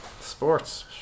Sports